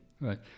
Right